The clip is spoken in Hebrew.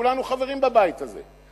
כולנו חברים בבית הזה.